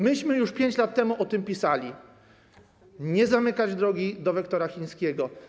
Myśmy już 5 lat temu o tym pisali: Nie zamykać drogi do wektora chińskiego.